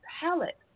palette